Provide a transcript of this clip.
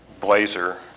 blazer